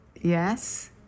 Yes